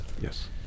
Yes